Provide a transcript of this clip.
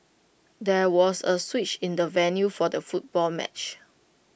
there was A switch in the venue for the football match